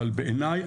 אבל בעיניי,